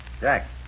Jack